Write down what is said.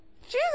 Jesus